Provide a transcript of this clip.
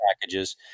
packages